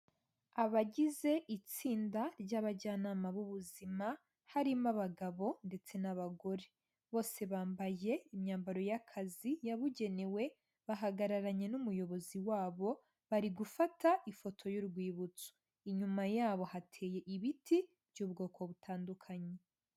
Abagize itsinda ry'abajyanama b'ubuzima harimo abagabo ndetse n'abagore bose bambaye imyambaro y'akazi yabugenewe bahagararanye n'umuyobozi wabo bari gufata ifoto y'urwibutso inyuma yabo hateye ibiti by'ubwoko butandukanye.